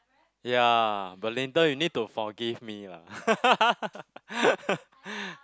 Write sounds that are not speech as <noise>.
ya Belinda you need to forgive me lah <laughs>